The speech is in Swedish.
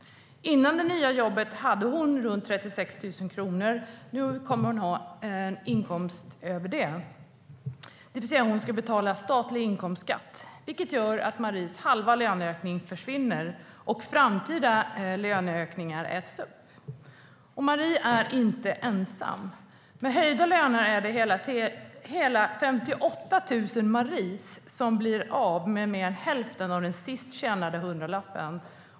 Före det nya jobbet hade Marie runt 36 000. Nu kommer hon att ha en inkomst över det. Hon ska alltså betala statlig inkomstskatt, vilket gör att halva hennes löneökning försvinner och framtida löneökningar äts upp. Marie är inte ensam. Med höjda löner är det hela 58 000 "Marier" som blir av med mer än hälften av den sist tjänade hundralappen.